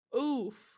Oof